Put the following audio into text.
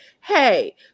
Hey